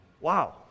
Wow